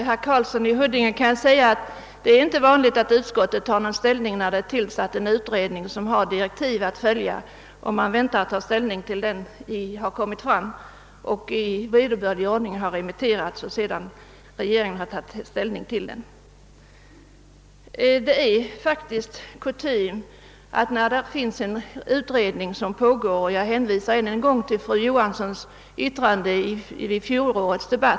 Herr talman! Det är inte vanligt, herr Karlsson i Huddinge, att utskottet tar ställning omedelbart sedan det tillsatts en utredning som har direktiv att följa, utan utskottet brukar vänta med ställningstagandet tills utredningsresultatet är klart och i vederbörlig ordning remitterats samt regeringen därefter tagit ställning. Jag hänvisar ännu en gång till fru Johanssons yttrande i fjolårets debatt.